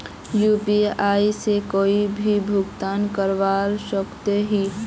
UPI से कोई भी भुगतान करवा सकोहो ही?